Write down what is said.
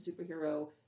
superhero